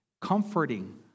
comforting